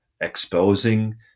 exposing